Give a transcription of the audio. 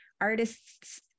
artists